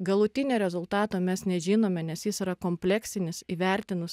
galutinio rezultato mes nežinome nes jis yra kompleksinis įvertinus